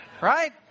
Right